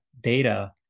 data